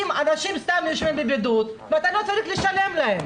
אם אנשים סתם יושבים בבידוד ואתה לא צריך לשלם להם.